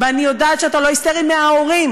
ואני יודעת שאתה לא היסטרי מההורים,